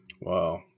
Wow